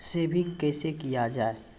Saving कैसै किया जाय?